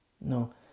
No